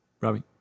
Robbie